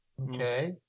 Okay